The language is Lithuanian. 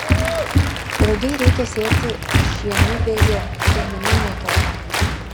rugiai reikia sėti žiemiu vėju kirminai nekerta